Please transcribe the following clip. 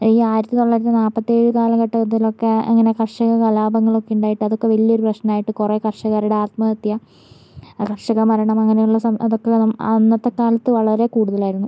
ഈ ആയിരത്തിത്തൊള്ളായിരത്തി നാല്പത്തേഴ് കാലഘട്ടത്തിലൊക്കെ അങ്ങനെ കർഷക കലാപങ്ങളൊക്കെ ഉണ്ടായിട്ടുണ്ട് അതൊക്കെ വലിയ ഒരു പ്രശ്നമായിട്ട് കുറെ കർഷകരുടെ ആത്മഹത്യ കർഷക മരണം അങ്ങനെയുള്ള അതൊക്കെ ആ അന്നത്തെ കാലത്ത് വളരെ കൂടുതലായിരുന്നു